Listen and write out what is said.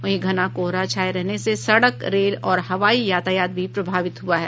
वहीं घना कोहरा छाये रहने से सड़क रेल और हवाई यातायात भी प्रभावित हुआ है